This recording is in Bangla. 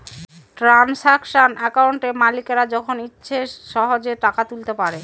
ট্রানসাকশান একাউন্টে মালিকরা যখন ইচ্ছে সহেজে টাকা তুলতে পারে